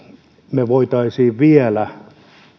me voisimme vielä